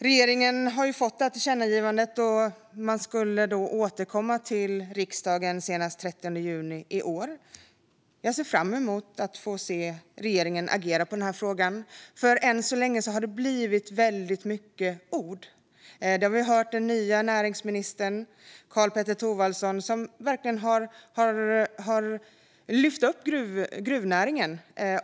Regeringen har fått det här tillkännagivandet, och man ska återkomma till riksdagen senast den 30 juni i år. Jag ser fram emot att få se regeringen agera i den här frågan, för än så länge har det blivit väldigt mycket ord. Vi har hört den nya näringsministern, Karl-Petter Thorwaldsson, som verkligen har lyft upp gruvnäringen.